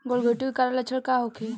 गलघोंटु के कारण लक्षण का होखे?